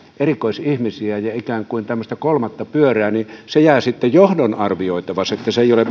erikoisihmisiä ja ikään kuin tämmöistä kolmatta pyörää jää sitten johdon arvioitavaksi että se ei ole